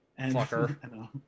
Fucker